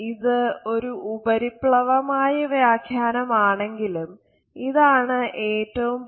ഇത് ഒരു ഉപരിപ്ലവമായ വ്യാഖ്യാനമാണെങ്കിലും ഇതാണ് ഏറ്റവും പ്രചാരത്തിലുള്ളത്